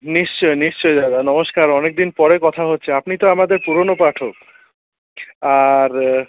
নিশ্চয়ই নিশ্চয়ই দাদা নমস্কার অনেকদিন পরে কথা হচ্ছে আপনি তো আমাদের পুরনো পাঠক আর